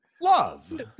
love